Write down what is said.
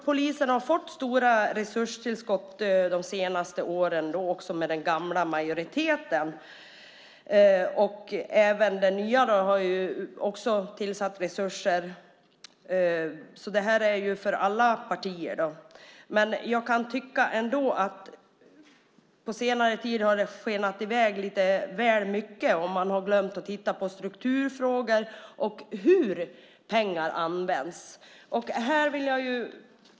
Polisen har fått stora resurstillskott de senaste åren genom den gamla majoriteten. Även den nya majoriteten har tillfört resurser. Men jag tycker ändå att det på senare tid har skenat i väg lite väl mycket. Man har glömt att titta på strukturfrågor och hur pengar används.